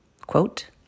Quote